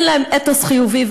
אין להם אתוס חיובי,